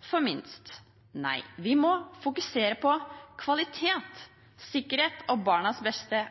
for minst. Nei, vi må fokusere på kvalitet, sikkerhet og barnas beste.